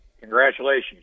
congratulations